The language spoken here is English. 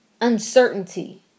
uncertainty